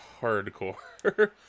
hardcore